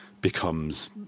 becomes